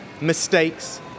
mistakes